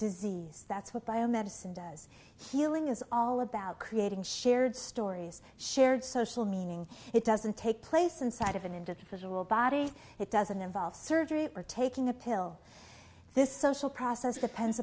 disease that's what biomedicine does healing is all about creating shared stories shared social meaning it doesn't take place inside of an individual body it doesn't involve surgery or taking a pill this social process depends